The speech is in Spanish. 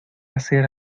hacer